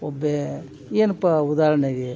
ಒಬ್ಬೇ ಏನಪ್ಪ ಉದಾಹರ್ಣೆಗೆ